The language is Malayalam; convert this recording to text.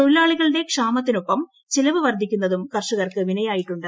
തൊഴിലാളികളുടെ ക്ഷാമത്തിനൊപ്പം ചിലവ് വർദ്ധിക്കുന്നതും കർഷകർക്ക് വിനയായിട്ടുണ്ട്